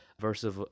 versus